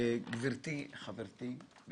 עם